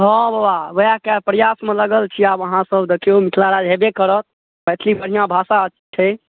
हाँ बबा वएहके प्रयासमे लागल छी आब अहाँसब देखिऔ मिथिलाराज हेबे करत मैथिली बढ़िआँ भाषा छै